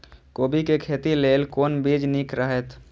कोबी के खेती लेल कोन बीज निक रहैत?